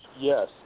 yes